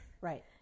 Right